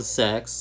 sex